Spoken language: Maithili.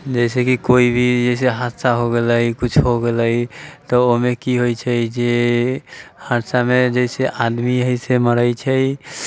जइसे कि कोइ भी जइसे हादसा हो गेलै किछु हो गेलै तऽ ओहिमे की होइत छै जे हर समय जइसे आदमी इएह से मरैत छै